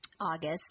August